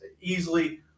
easily